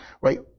right